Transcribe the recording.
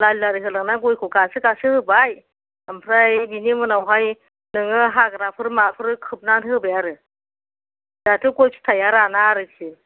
लारि लारि होलांनानै गयखौ गासो गासो होबाय आमफ्राय बेनि उनावहाय नोङो हाग्राफोर माफोर खोबनानै होबाय आरो दाथ' गय फिथाइआ राना आरोखि